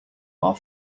are